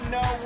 no